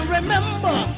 Remember